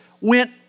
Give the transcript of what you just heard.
went